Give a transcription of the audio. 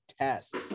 test